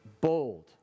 bold